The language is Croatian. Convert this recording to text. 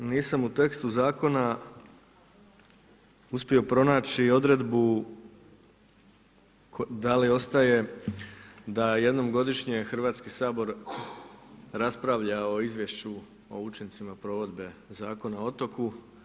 Nisam u tekstu zakona uspio pronaći odredbu da li ostaje da jednom godišnje Hrvatski sabor raspravlja o izvješću o učincima provedbe Zakona o otoku.